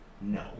No